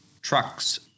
trucks